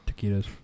taquitos